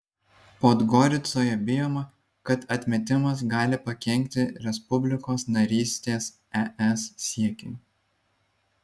podgoricoje bijoma kad atmetimas gali pakenkti respublikos narystės es siekiui